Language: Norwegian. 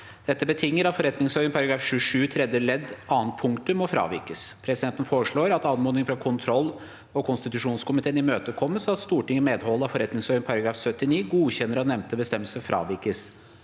Dette betinger at forretningsordenens § 27 tredje ledd annet punktum må fravikes. Presidenten foreslår at anmodningen fra kontrollog konstitusjonskomiteen imøtekommes, og at Stortinget i medhold av forretningsordenens § 79 godkjenner at nevnte bestemmelse fravikes.